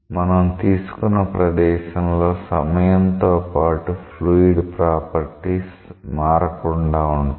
మనం తీసుకున్న ప్రదేశంలో సమయంతో పాటు ఫ్లూయిడ్ ప్రాపర్టీస్ మారకుండా ఉంటాయి